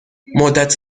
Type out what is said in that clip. مدت